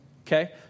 okay